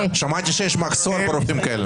כששגית נתנה הנחיות לניהול ההצבעות האלה.